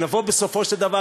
שנבוא בסופו של דבר,